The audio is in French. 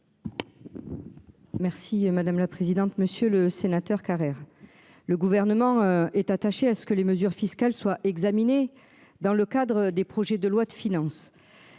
Merci madame la présidente, monsieur le sénateur Carrère. Le gouvernement est attaché à ce que les mesures fiscales soient examinées dans le cadre des projets de loi de finances.